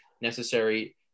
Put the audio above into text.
necessary